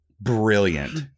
Brilliant